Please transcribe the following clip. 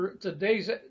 today's